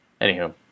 Anywho